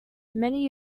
many